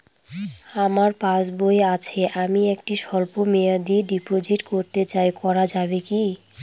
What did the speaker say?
আমার পাসবই আছে আমি একটি স্বল্পমেয়াদি ডিপোজিট করতে চাই করা যাবে কি?